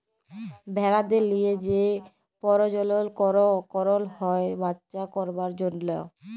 ভেড়াদের লিয়ে যে পরজলল করল হ্যয় বাচ্চা করবার জনহ